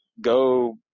go